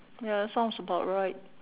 ya sounds about right